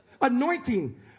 Anointing